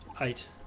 eight